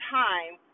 time